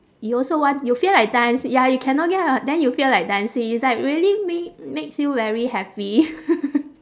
you also want you feel like danci~ ya you cannot get out then you feel like dancing it's like really ma~ makes you very happy